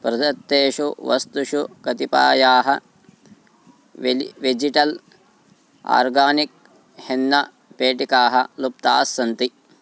प्रदत्तेषु वस्तुषु कतिपयाः वेलि वेजिटल् आर्गानिक् हेन्न पेटिकाः लुप्ताः सन्ति